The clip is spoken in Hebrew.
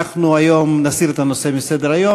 אנחנו נסיר היום את הנושא מסדר-היום,